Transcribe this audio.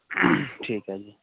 ਠੀਕ ਹੈ ਜੀ